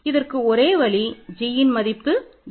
இதற்கு ஒரே வழி g இன் மதிப்பு 0